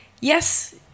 yes